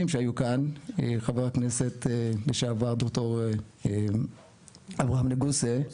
שהיו כאן חבר הכנסת לשעבר ד"ר אברהם נגוסה,